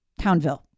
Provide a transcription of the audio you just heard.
Townville